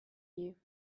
you